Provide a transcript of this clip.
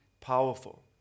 powerful